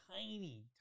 tiny